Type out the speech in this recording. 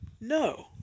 no